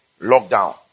lockdown